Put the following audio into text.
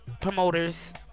promoters